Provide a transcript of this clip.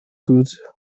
good